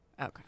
Okay